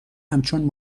همچون